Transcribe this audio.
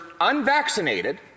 unvaccinated